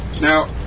Now